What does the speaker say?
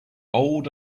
old